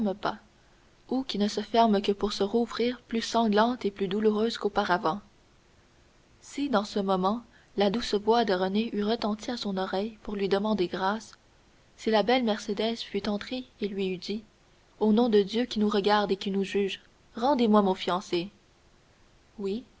ou qui ne se ferment que pour se rouvrir plus sanglantes et plus douloureuses qu'auparavant si dans ce moment la douce voix de renée eût retenti à son oreille pour lui demander grâce si la belle mercédès fût entrée et lui eût dit au nom du dieu qui nous regarde et qui nous juge rendez-moi mon fiancé oui